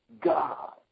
God